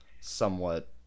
somewhat